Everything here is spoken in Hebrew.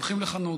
הולכים לחנות: